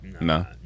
No